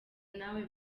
nawe